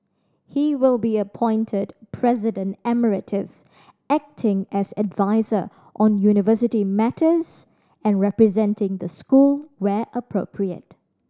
he will be appointed President Emeritus acting as adviser on university matters and representing the school where appropriate